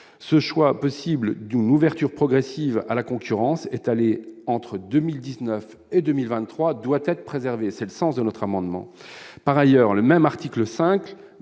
Ce choix possible d'une ouverture progressive à la concurrence, étalée entre 2019 et 2023, doit être préservé. Tel est le sens de notre amendement. Par ailleurs, le même article 5